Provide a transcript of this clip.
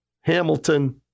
Hamilton